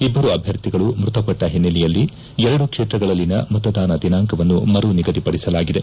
ಇಬ್ಬರು ಅಭ್ವರ್ಥಿಗಳು ಮೃತಪಟ್ಟ ಹಿನ್ನೆಲೆಯಲ್ಲಿ ಎರಡು ಕ್ಷೇತ್ರಗಳಲ್ಲಿನ ಮತದಾನ ದಿನಾಂಕವನ್ನು ಮರು ನಿಗದಿಪಡಿಸಲಾಗಿದೆ